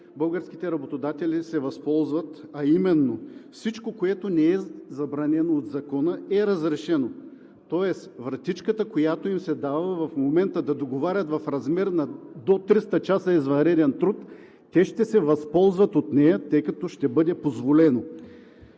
българските работодатели се възползват, а именно: всичко, което не е забранено от закона, е разрешено. Тоест вратичката, която им се дава в момента – да договарят до 300 часа извънреден труд, те ще се възползват от нея, тъй като ще им бъде позволено.